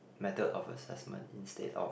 method of assessment instead of